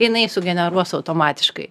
jinai sugeneruos automatiškai